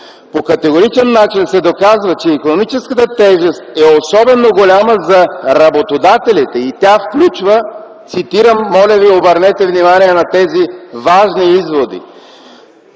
По категоричен начин се доказва, че икономическата тежест е особено голяма за работодателите и тя включва, цитирам, моля ви обърнете внимание на тези важни изводи: